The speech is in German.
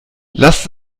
lasst